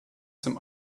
some